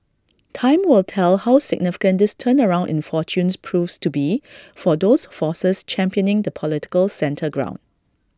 time will tell how significant this turnaround in fortunes proves to be for those forces championing the political centre ground